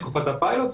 תקופת הפיילוט,